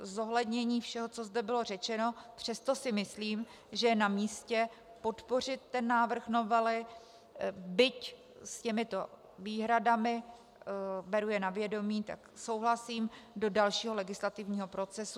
Po zohlednění všeho, co zde bylo řečeno, přesto si myslím, že je na místě podpořit návrh novely, byť s těmito výhradami, beru je na vědomí, souhlasím, do dalšího legislativního procesu.